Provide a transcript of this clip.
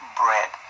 bread